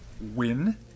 Win